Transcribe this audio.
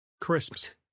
Crisps